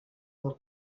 del